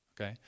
Okay